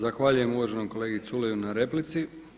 Zahvaljujem uvaženom kolegi Culeju na replici.